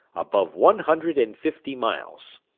above one hundred and fifty miles.